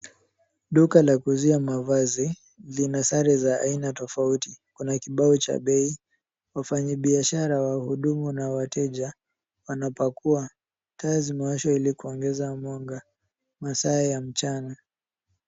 Duka la kuuzia mavazi. Lina sare za aina tofauti. Kuna kibao cha bei. Wafanyibiashara wahudumu na wateja wanapakua. Taa zimewashwa ili kuongeza mwanga. Ni masaa ya mchana.